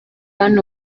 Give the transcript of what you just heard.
hano